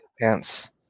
pants